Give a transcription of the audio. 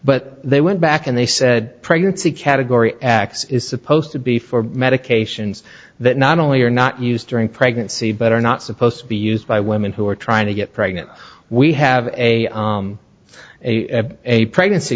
but they went back and they said pregnancy category x is supposed to be for medications that not only are not used during pregnancy but are not supposed to be used by women who are trying to get pregnant we have a a pregnancy